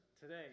today